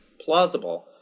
plausible